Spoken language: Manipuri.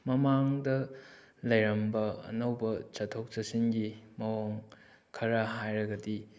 ꯃꯃꯥꯡꯗ ꯂꯩꯔꯝꯕ ꯑꯅꯧꯕ ꯆꯠꯊꯣꯛ ꯆꯠꯁꯤꯟꯒꯤ ꯃꯑꯣꯡ ꯈꯔ ꯍꯥꯏꯔꯒꯗꯤ